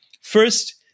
First